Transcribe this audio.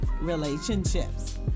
relationships